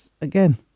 again